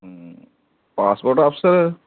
ਹਮ passport ਅਫਸਰ